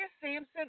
Samson